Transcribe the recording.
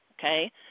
okay